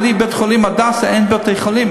בלי בית-חולים "הדסה" אין בתי-חולים,